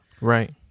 Right